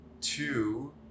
two